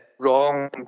wrong